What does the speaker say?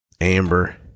Amber